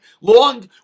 long